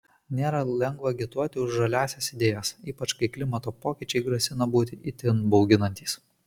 nėra lengva agituoti už žaliąsias idėjas ypač kai klimato pokyčiai grasina būti itin bauginantys